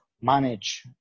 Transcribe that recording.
manage